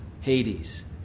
Hades